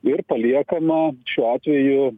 ir paliekama šiuo atveju